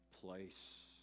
place